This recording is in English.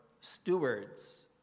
stewards